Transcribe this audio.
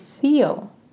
feel